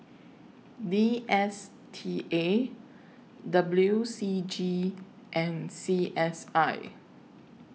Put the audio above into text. D S T A W C G and C S I